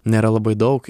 nėra labai daug